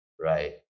right